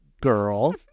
girl